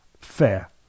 fair